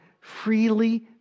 freely